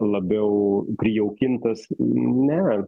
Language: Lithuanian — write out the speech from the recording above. labiau prijaukintas ne